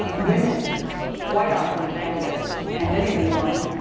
ah women quite often the candidates and many of them won,